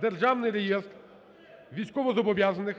державний реєстр військовозобов'язаних